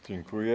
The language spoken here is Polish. Dziękuję.